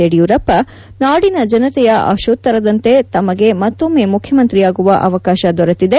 ಯಡಿಯೂರಪ್ಪ ನಾಡಿನ ಜನತೆಯ ಆಶೋತ್ತರದಂತೆ ತಮಗೆ ಮತ್ತೊಮ್ಮೆ ಮುಖ್ಯಮಂತ್ರಿಯಾಗುವ ಅವಕಾಶ ದೊರಕಿದೆ